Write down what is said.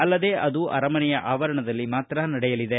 ಅಲ್ಲದೇ ಅದು ಅರಮನೆಯ ಆವರಣದಲ್ಲಿ ಮಾತ್ರ ನಡೆಯಲಿದೆ